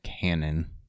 cannon